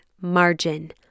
margin